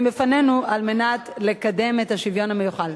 בפנינו על מנת לקדם את השוויון המיוחל.